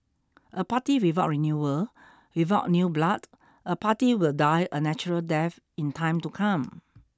a party without renewal without new blood a party will die a natural death in time to come